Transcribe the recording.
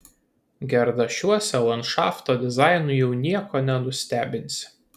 gerdašiuose landšafto dizainu jau nieko nenustebinsi